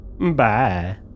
Bye